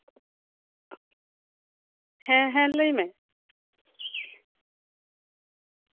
ᱦᱮᱸ ᱦᱮᱸ ᱞᱟᱹᱭ ᱢᱮ